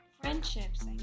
friendships